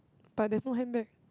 but there's no handbag